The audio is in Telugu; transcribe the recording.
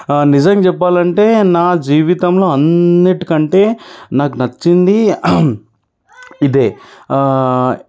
నిజం చెప్పాలంటే నా జీవితంలో అన్నిటికంటే నాకు నచ్చింది ఇదే